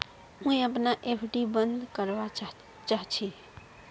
मुई अपना एफ.डी बंद करवा चहची